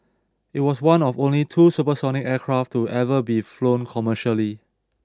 it was one of only two supersonic aircraft to ever be flown commercially